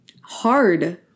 Hard